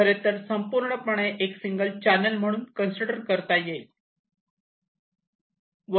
खरेतर संपूर्ण पणे एक सिंगल चॅनल म्हणून कन्सिडर करता येईल